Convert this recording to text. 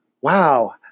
wow